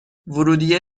ورودیه